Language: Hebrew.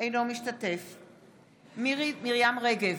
אינו משתתף בהצבעה מירי מרים רגב,